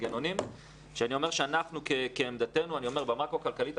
מנגנונים ואני אומר שעמדתנו במקרו כלכלית,